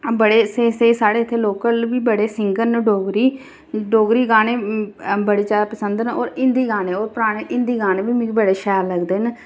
बड़े स्हेई स्हेई स्हाड़े इत्थे लोकल बी सिंगर न डोगरी डोगरी गाने बड़े ज्यादा पसंद न और हिंदी गाने और पराने हिंदी गाने बी मिगी बड़े शैल लगदे न